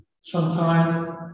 sometime